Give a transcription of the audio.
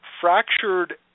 fractured